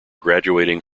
graduating